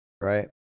Right